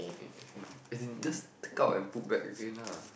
as in as in just take out and put back again lah